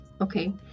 Okay